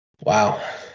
Wow